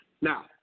Now